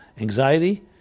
anxiety